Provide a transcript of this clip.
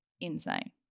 insane